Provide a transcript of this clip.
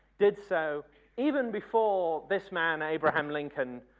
did so even before this man, abraham lincoln,